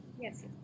Yes